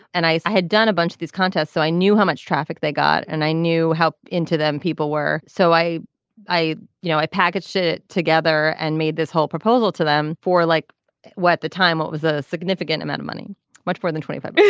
and i i had done a bunch of these contests so i knew how much traffic they got. and i knew how into them people were. so i i you know i packaged it together and made this whole proposal to them for like what the time what was a significant amount of money much more than twenty five point